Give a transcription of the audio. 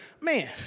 man